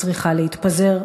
צריכה להתפזר,